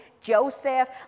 Joseph